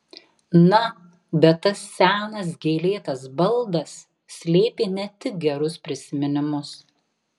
na bet tas senas gėlėtas baldas slėpė ne tik gerus prisiminimus